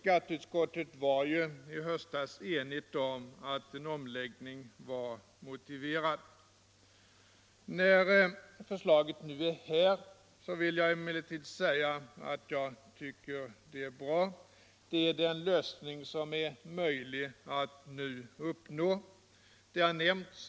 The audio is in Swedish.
Skatteutskottet var dessutom enigt om att en omläggning av socialförsäkringssystemet var motiverad. När förslaget nu är här, vill jag emellertid säga att jag tycker att det är bra. Det redovisar den lösning som är möjlig att nu åstadkomma.